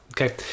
Okay